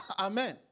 Amen